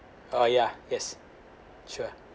oh yeah yes sure